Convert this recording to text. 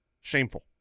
shameful